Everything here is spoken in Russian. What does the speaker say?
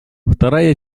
вторая